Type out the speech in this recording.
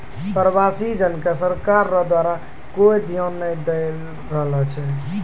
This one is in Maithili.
प्रवासी जन के सरकार रो द्वारा कोय ध्यान नै दैय रहलो छै